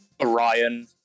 Orion